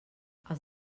els